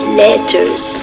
letters